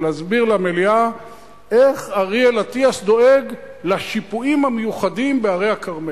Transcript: ולהסביר למליאה איך אריאל אטיאס דואג לשיפועים המיוחדים בהרי הכרמל.